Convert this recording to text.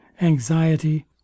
anxiety